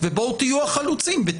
ונסביר את הרציונלים של